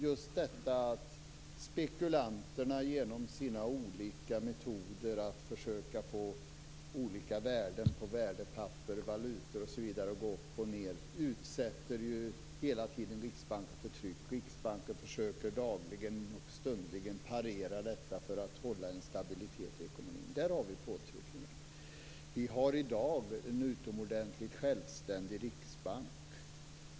Just att spekulanter med hjälp av olika metoder försöker att förändra värden på värdepapper, valutor osv. upp och ned utsätter hela tiden Riksbanken för ett tryck. Riksbanken försöker dagligen och stundligen parera detta för att hålla en stabilitet i ekonomin. Där har vi påtryckningen. Vi har i dag en utomordentligt självständig riksbank.